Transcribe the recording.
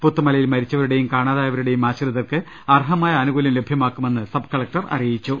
പുത്തുമലയിൽ മരിച്ചവരുടെയും കാ ണാതായവരുടെയും ആശ്രിതർക്ക് അർഹമായ അനുകൂലൃം ലഭൃമാക്കുമെ ന്ന് സബ് കലക്ടർ അറിയിച്ചു